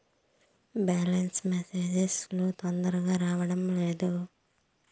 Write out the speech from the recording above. Balance message లు తొందరగా రావడం లేదు?